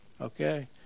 okay